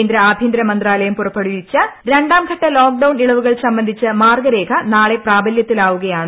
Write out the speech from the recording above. കേന്ദ്ര ആഭ്യന്തര മന്ത്രാലയം പുറപ്പെടുവിച്ച രണ്ടാംഘട്ട ലോക്ഡൌൺ ഇളവുകൾ സംബന്ധിച്ച മാർഗ്ഗരേഖ നാളെ പ്രാബലൃത്തിലാവുകയാണ്